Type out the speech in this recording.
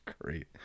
great